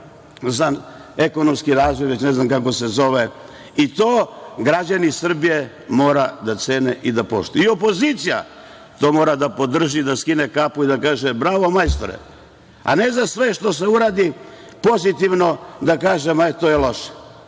za ekonomski razvoj, već ne znam kako se zove, i to građani Srbije moraju da cene i poštuju. I opozicija to mora da podrži, da skine kapu i da kaže – bravo majstore, a ne za sve što se uradi pozitivno da kaže – to je